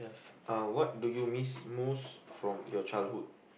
uh what do you miss most from your childhood